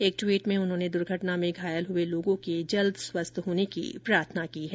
एक ट्वीट में उन्होंने दुर्घटना में घायल हुए लोगों की जल्द स्वस्थ होने की प्रार्थना की है